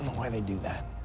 why they do that